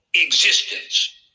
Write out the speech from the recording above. existence